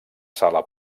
sala